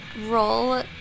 roll